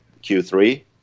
Q3